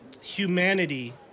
humanity